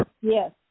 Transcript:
Yes